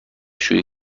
شویی